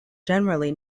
generally